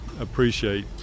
appreciate